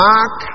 Mark